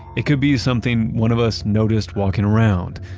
it could be something one of us noticed walking around,